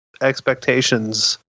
expectations